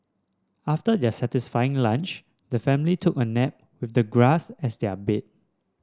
after their satisfying lunch the family took a nap with the grass as their bed